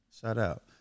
Shout-out